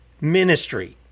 ministry